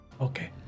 Okay